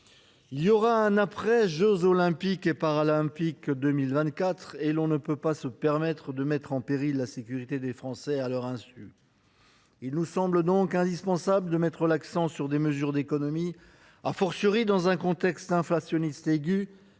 Il y aura un après jeux Olympiques et Paralympiques 2024. Nous ne pouvons pas nous permettre de mettre en péril la sécurité des Français à leur issue ! Il nous semble donc indispensable de mettre l’accent sur des mesures d’économies, dans un contexte inflationniste aigu